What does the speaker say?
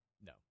No